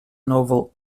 novel